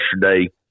yesterday